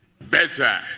better